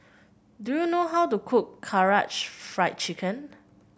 do you know how to cook Karaage Fried Chicken